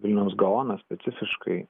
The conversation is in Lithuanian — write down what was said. vilniaus gaoną specifiškai